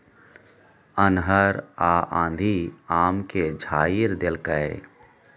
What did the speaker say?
अन्हर आ आंधी आम के झाईर देलकैय?